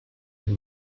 had